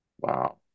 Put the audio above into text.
Wow